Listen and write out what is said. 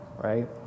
Right